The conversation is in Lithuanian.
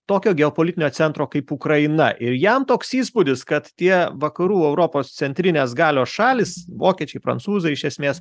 tokio geopolitinio centro kaip ukraina ir jam toks įspūdis kad tie vakarų europos centrinės galios šalys vokiečiai prancūzai iš esmės